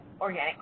organic